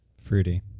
Fruity